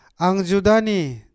Angjudani